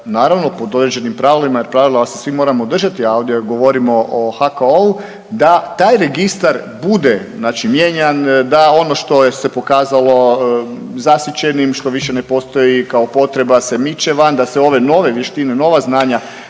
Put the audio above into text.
naravno pod određenim pravilima jer pravila se svi moramo državi, a ovdje govorimo o HKO-u da taj registar bude znači mijenjan, da ono što je se pokazalo zasićenim što više ne postoji kao potreba se miče van, da se ove nove vještine, nova znanja